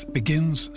begins